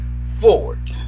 forward